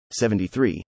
73